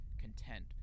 content